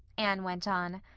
anne went on.